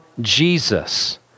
Jesus